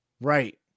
Right